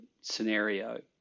scenario